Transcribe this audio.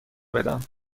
بدم